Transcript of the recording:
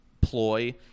ploy